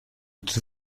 toute